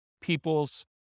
people's